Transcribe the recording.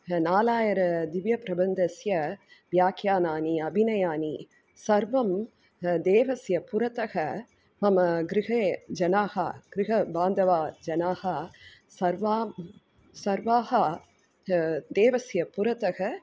नालायर दिव्यप्रबन्धस्य व्याख्यानानि अभिनयानि सर्वं देवस्य पुरतः मम गृहे जनाः गृहबान्धवा जनाः सर्वाः सर्वाः देवस्य पुरतः